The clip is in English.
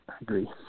Agree